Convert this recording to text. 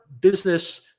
business